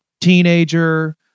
teenager